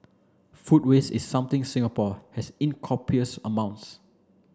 food waste is something Singapore has in copious amounts